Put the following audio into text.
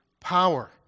power